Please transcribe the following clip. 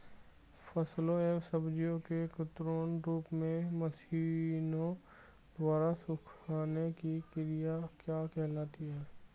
फलों एवं सब्जियों के कृत्रिम रूप से मशीनों द्वारा सुखाने की क्रिया क्या कहलाती है?